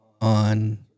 on